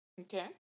Okay